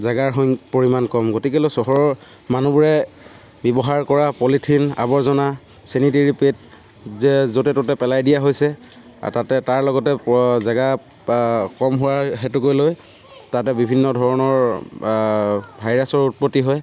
জেগাৰ সং পৰিমাণ কম গতিকে লৈ চহৰৰ মানুহবোৰে ব্যৱহাৰ কৰা পলিথিন আৰ্ৱজনা ছেনিটেৰী পেড যে য'তে ত'তে পেলাই দিয়া হৈছে আৰু তাতে তাৰ লগতে জেগা বা কম হোৱাৰ সেইটো কৰি লৈ তাতে বিভিন্ন ধৰণৰ ভাইৰাছৰ উৎপত্তি হয়